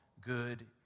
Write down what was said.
good